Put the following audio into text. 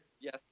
Yes